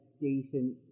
decent